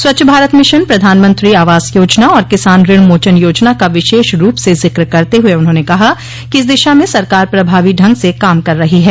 स्वच्छ भारत मिशन प्रधानमंत्री आवास योजना और किसान ऋण मोचन योजना का विशेष रूप से जिक्र करते हुए उन्होंने कहा कि इस दिशा में सरकार प्रभावी ढंग से काम कर रही है